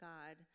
God